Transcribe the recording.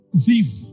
thief